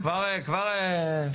כבר משהו משמעותי קרה פה.